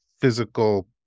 physical